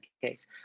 case